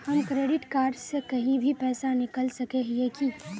हम credit card से कहीं भी पैसा निकल सके हिये की?